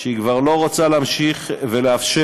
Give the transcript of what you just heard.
שהיא כבר לא רוצה להמשיך ולאפשר,